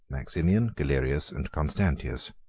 maximian, galerius, and constantius